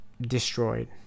destroyed